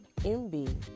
MB